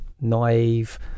naive